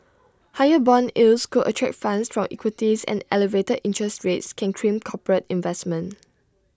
higher Bond yields could attract funds from equities and elevated interest rates can crimp corporate investment